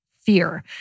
fear